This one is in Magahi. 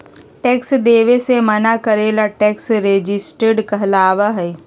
टैक्स देवे से मना करे ला टैक्स रेजिस्टेंस कहलाबा हई